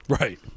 Right